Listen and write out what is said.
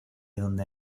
donde